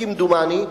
כמדומני,